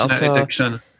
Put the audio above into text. addiction